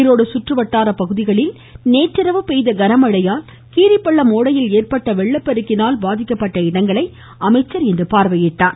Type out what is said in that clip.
ஈரோடு குற்றுவட்டார பகுதிகளில் நேற்றிரவு பெய்த கனமழையால் கீரிப்பள்ளம் ஓடையில் ஏற்பட்ட வெள்ளப்பெருக்கினால் பாதிக்கப்பட்ட இடங்களை அமைச்சர் இன்று பார்வையிட்டார்